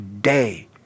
day